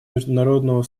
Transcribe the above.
международного